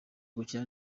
gukina